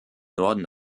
norden